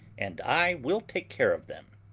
and i will take care of them.